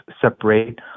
separate